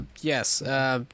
Yes